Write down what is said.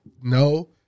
No